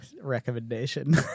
recommendation